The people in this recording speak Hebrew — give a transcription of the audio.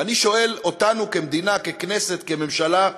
אני שואל אותנו, כמדינה, ככנסת, כממשלה: